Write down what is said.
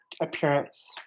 appearance